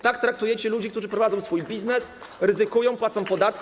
Tak traktujecie ludzi, którzy prowadzą swój biznes, ryzykują, płacą podatki.